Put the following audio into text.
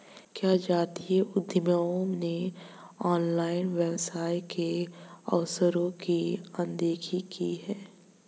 क्या जातीय उद्यमियों ने ऑनलाइन व्यवसाय के अवसरों की अनदेखी की है?